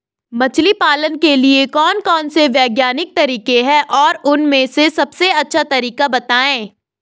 मछली पालन के लिए कौन कौन से वैज्ञानिक तरीके हैं और उन में से सबसे अच्छा तरीका बतायें?